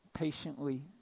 Patiently